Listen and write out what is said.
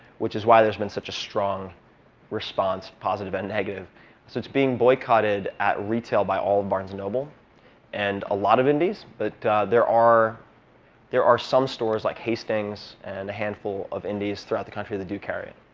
which is why there's been such a strong response, positive and negative. so it's being boycotted at retail by all of barnes and noble and a lot of indies. but there are there are some stores, like hastings and a handful of indies throughout the country, that do carry it.